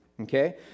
Okay